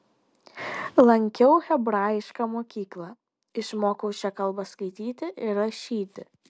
lankiau hebrajišką mokyklą išmokau šia kalba skaityti ir rašyti